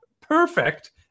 perfect